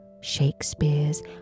Shakespeare's